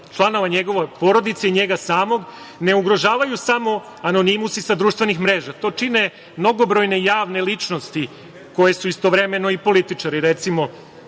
članova njegove porodice i njega samog ne ugrožavaju samo anonimusi sa društvenih mreža, to čine mnogobrojne javne ličnosti koje su istovremeno i političari. Recimo,